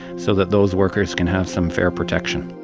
so that those workers can have some fair protection.